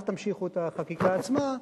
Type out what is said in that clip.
אל תמשיכו את החקיקה עצמה,